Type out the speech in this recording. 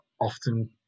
often